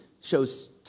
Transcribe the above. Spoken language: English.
shows